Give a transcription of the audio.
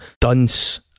dunce